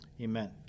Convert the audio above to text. Amen